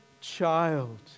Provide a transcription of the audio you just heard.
child